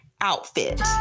outfit